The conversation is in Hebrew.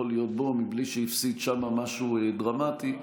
להיות בו מבלי שהפסיד שם משהו דרמטי.